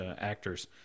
actors